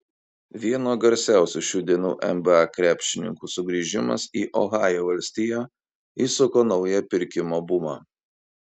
vieno garsiausių šių dienų nba krepšininkų sugrįžimas į ohajo valstiją įsuko naują pirkimo bumą